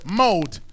mode